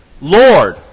Lord